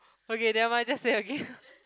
okay nevermind just say again